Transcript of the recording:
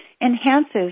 enhances